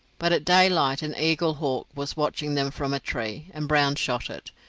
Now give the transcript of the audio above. but at daylight an eaglehawk was watching them from a tree, and brown shot it.